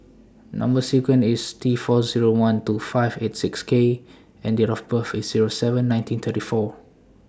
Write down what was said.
Number sequence IS T four Zero one two five eight six K and Date of birth IS Zero seven May nineteen thirty four